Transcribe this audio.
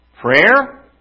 prayer